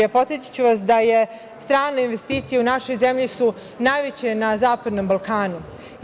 Podsetiću vas da strane investicije u našoj zemlji su najveće na Zapadnom Balkanu.